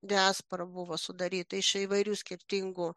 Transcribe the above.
diaspora buvo sudaryta iš įvairių skirtingu